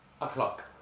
o'clock